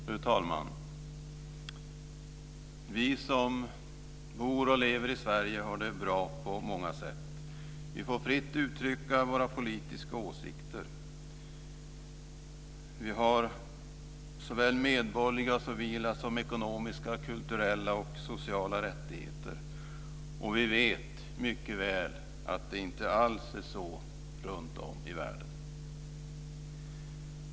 Fru talman! Vi som bor och lever i Sverige har det bra på många sätt. Vi får fritt uttrycka våra politiska åsikter. Vi har såväl medborgerliga och civila som ekonomiska, kulturella och sociala rättigheter. Vi vet mycket väl att det inte alls är så runtom i världen.